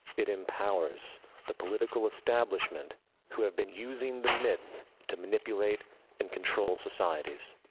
it empowers the political stablishment who had been using the myth to manipulate and control societies.